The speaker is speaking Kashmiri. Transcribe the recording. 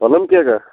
پلَم کیک ہا